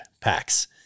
Packs